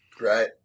Right